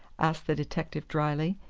asked the detective dryly.